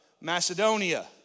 Macedonia